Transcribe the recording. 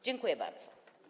Dziękuję bardzo.